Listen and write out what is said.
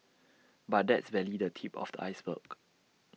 but that's barely the tip of the iceberg